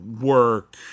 work